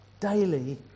Daily